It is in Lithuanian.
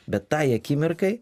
bet tai akimirkai